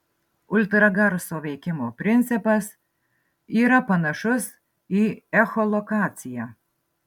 ultragarso veikimo principas yra panašus į echolokaciją